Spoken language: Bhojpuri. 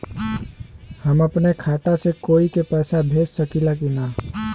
हम अपने खाता से कोई के पैसा भेज सकी ला की ना?